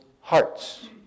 hearts